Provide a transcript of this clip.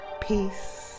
Peace